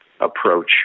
approach